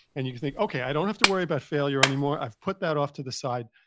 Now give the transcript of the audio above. and you can think, okay, i don't have to worry about failure anymore. i've put that off to the side,